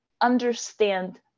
understand